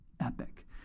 epic